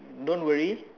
don't worry